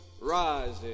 rising